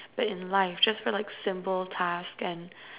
but in life just for like simple tasks and